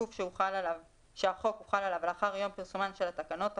גוף שהחוק הוחל עליו לאחר יום פרסומן של התקנות,